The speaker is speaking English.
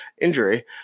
injury